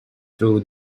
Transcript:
through